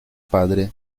padre